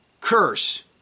curse